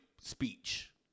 speech